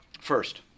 First